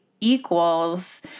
equals